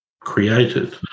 created